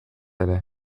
ere